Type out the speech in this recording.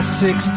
six